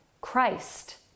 Christ